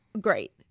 great